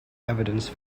evidence